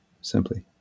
simply